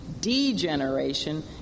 degeneration